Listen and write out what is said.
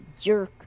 jerk